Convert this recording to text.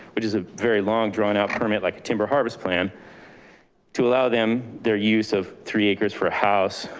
which is a very long drawn out permit, like a timber harvest plan to allow them their use of three acres for a house,